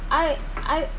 I I